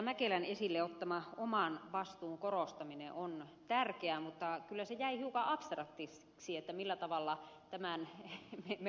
mäkelän esille ottama oman vastuun korostaminen on tärkeä mutta kyllä se jäi hiukan abstraktiksi millä tavalla tämän me poliitikkoina veisimme läpi